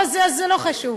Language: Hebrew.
אבל זה לא חשוב.